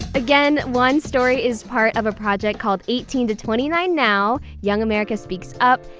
again, juan's story is part of a project called eighteen to twenty nine now young america speaks up.